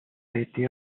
été